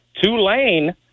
Tulane